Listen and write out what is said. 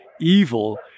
Evil